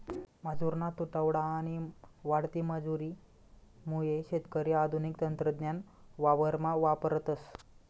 मजुरना तुटवडा आणि वाढती मजुरी मुये शेतकरी आधुनिक तंत्रज्ञान वावरमा वापरतस